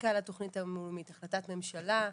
רקע על התוכנית הלאומית, החלטת ממשלה,